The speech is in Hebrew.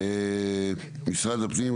משרד הפנים,